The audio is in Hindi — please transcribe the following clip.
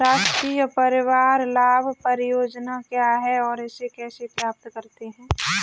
राष्ट्रीय परिवार लाभ परियोजना क्या है और इसे कैसे प्राप्त करते हैं?